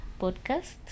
podcast